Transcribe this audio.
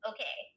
Okay